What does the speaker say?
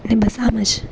ને બસ આમ જ